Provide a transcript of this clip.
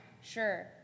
Sure